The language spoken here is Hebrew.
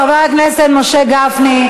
חבר הכנסת משה גפני,